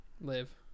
live